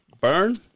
burn